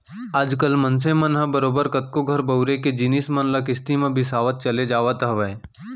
आज कल मनसे मन ह बरोबर कतको घर बउरे के जिनिस मन ल किस्ती म बिसावत चले जावत हवय